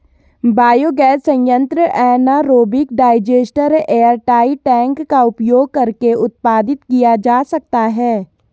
biogas संयंत्र anaerobic digester airtight tank का उपयोग करके उत्पादित किया जा सकता है